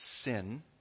sin